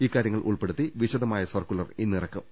ഇക്കാര്യങ്ങൾ ഉൾപ്പെ ടുത്തി വിശദമായ സർക്കുലർ ഇന്നിറക്കും